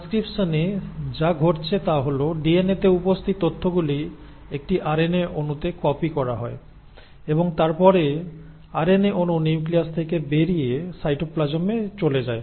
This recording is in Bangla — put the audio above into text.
ট্রানস্ক্রিপশনে যা ঘটছে তা হল ডিএনএতে উপস্থিত তথ্যগুলি একটি আরএনএ অণুতে কপি করা হয় এবং তারপরে আরএনএ অণু নিউক্লিয়াস থেকে বেরিয়ে সাইটোপ্লাজমে চলে যায়